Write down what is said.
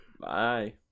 Bye